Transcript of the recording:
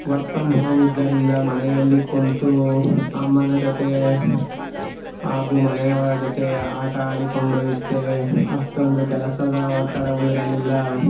work from home ಇದ್ದರಿಂದ ಮನೆಯಲ್ಲಿ ಕುಳ್ತು ಅಮ್ಮನ ಜೊತೆ ಹಾಗೂ ಮನೆಯವರ ಜೊತೆ ಆಟ ಆಡಿಕೊಂಡು ಇದ್ದೆ ಅಷ್ಟೊಂದು ಕೆಲಸದ ಒತ್ತಡವೂ ಇರಲಿಲ್ಲ